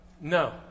No